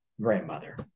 grandmother